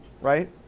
right